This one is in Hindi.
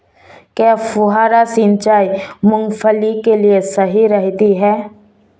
क्या फुहारा सिंचाई मूंगफली के लिए सही रहती है?